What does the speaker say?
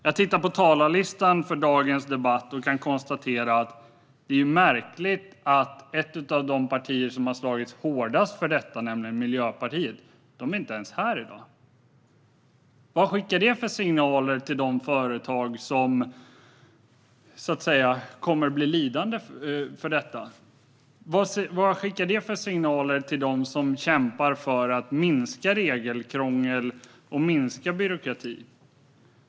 Jag tittar på talarlistan för dagens debatt och kan konstatera att det är märkligt att ett av de partier som har slagits hårdast för detta, nämligen Miljöpartiet, inte ens är här i dag. Vad skickar det för signaler till de företag som kommer att bli lidande? Vad skickar det för signaler till dem som kämpar för att minska regelkrångel och byråkrati?